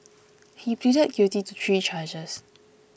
he pleaded guilty to three charges